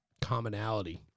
commonality